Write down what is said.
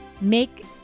make